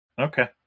Okay